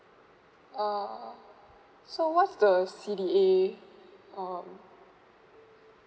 uh so what's the C D A um